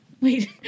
Wait